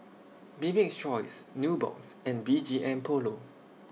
Bibik's Choice Nubox and B G M Polo